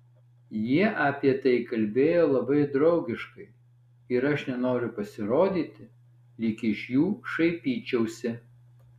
jie apie tai kalbėjo labai draugiškai ir aš nenoriu pasirodyti lyg iš jų šaipyčiausi